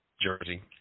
jersey